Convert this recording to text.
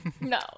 No